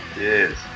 Yes